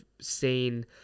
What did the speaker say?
seen